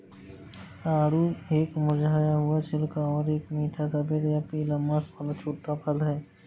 आड़ू एक मुरझाया हुआ छिलका और एक मीठा सफेद या पीला मांस वाला छोटा फल है